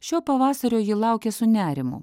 šio pavasario ji laukė su nerimu